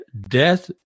death